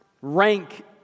rank